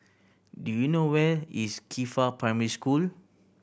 do you know where is Qifa Primary School